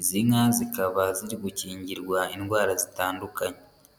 Izi nka zikaba ziri gukingirwa indwara zitandukanye.